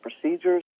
procedures